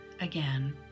again